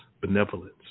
benevolence